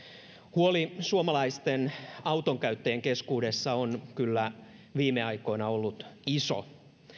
huoli suomalaisten autonkäyttäjien keskuudessa on kyllä viime aikoina ollut iso